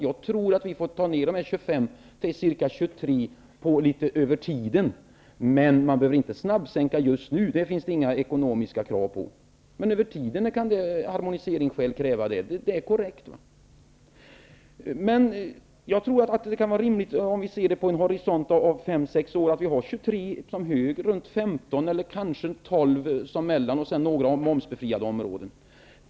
Jag tror att vi får ta ned dessa 25 % till ca 23 % över tiden. Men man behöver inte snabbsänka just nu. Detta ställs det inga ekonomiska krav på. Men över tiden kan en harmonisering kräva det. Det är korrekt. Jag tror att det kan vara rimligt att se detta under en period av fem sex år och att vi då har 23 % som en hög nivå, runt 15 % eller kanske 12 % som mellannivå och dessutom några momsbefriade områden.